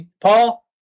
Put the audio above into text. Paul